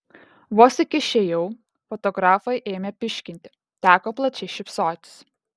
vos tik išėjau fotografai ėmė pyškinti teko plačiai šypsotis